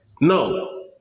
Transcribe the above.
No